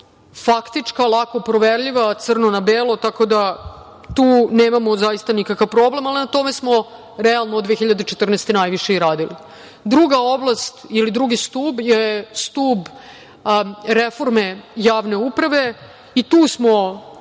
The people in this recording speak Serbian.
faktička, lako proverljiva, crno na belo, tako da tu nemamo zaista nikakav problem, ali na tome smo realno, od 2014. godine, i najviše radili. Druga oblast, ili drugi stub je stub reforme javne uprave i tu smo